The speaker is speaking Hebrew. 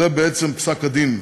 זה, בעצם, פסק-הדין.